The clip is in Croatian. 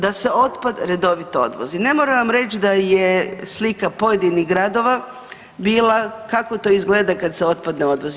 Da se otpad redovito odvozi, ne moram vam reći da je slika pojedinih gradova bila kako to izgleda kad se otpad ne odvozi.